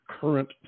current